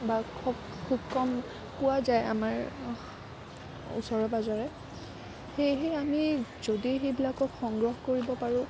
বা খুব খুব কম পোৱা যায় আমাৰ ওচৰে পাজৰে সেয়েহে আমি যদি সেইবিলাকক সংগ্ৰহ কৰিব পাৰো